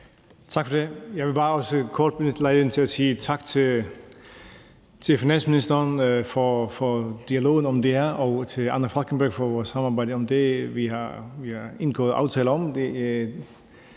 Tak for det. Jeg vil også bare kort benytte lejligheden til at sige tak til finansministeren for dialogen om det her og til Anna Falkenberg for vores samarbejde om det, vi har indgået aftaler om.